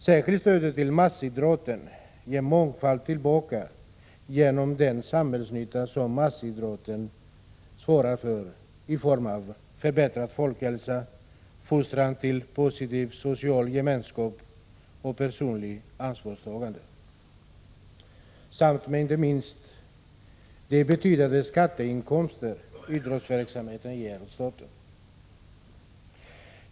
Särskilt stödet till massidrotten ger mångfalt tillbaka genom den samhällsnytta som massidrotten svarar för i form av förbättrad folkhälsa, fostran till positiv social gemenskap och personligt ansvarstagande samt, sist men inte minst, de betydande skatteinkomster som idrottsverksamheten ger staten.